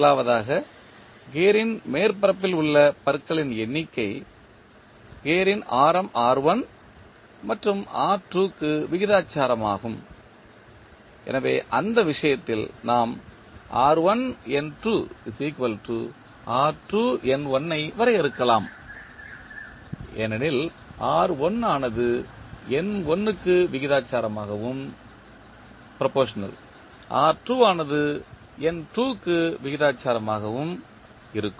முதலாவதாக கியரின் மேற்பரப்பில் உள்ள பற்களின் எண்ணிக்கை கியர்களின் ஆரம் மற்றும் க்கு விகிதாசாரமாகும் எனவே அந்த விஷயத்தில் நாம் ஐ வரையறுக்கலாம் ஏனெனில் ஆனது க்கு விகிதாசாரமாகவும் ஆனது க்கு விகிதாசாரமாகவும் இருக்கும்